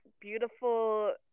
beautiful